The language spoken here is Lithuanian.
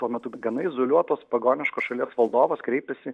tuo metu gana izoliuotos pagoniškos šalies valdovas kreipėsi